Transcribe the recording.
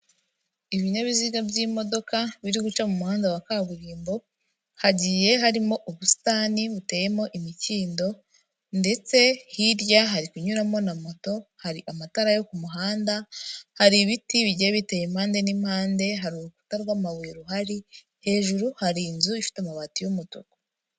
Ibinyabiziga by'imodoka, biri guca mu muhanda wa kaburimbo, hagiye harimo ubusitani buteyemo imikindo ndetse hirya hari kunyuramo na moto, hari amatara yo ku muhanda, hari ibiti bigiye biteye impande n'impande, hari urukuta rw'amabuye ruhari, hejuru hari inzu ifite amabati y'umutuku.